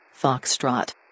Foxtrot